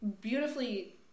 beautifully